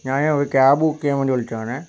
ഞാന് ഒരു cab book ചെയ്യാൻ വേണ്ടി വിളിച്ചതാണേ